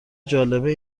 جالبه